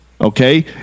Okay